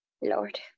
lord